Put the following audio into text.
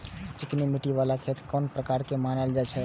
चिकनी मिट्टी बाला खेत कोन प्रकार के मानल जाय छै?